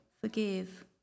forgive